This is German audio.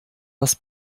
das